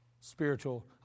spiritual